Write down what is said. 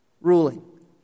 ruling